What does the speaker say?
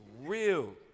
real